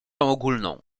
ogólną